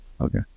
okay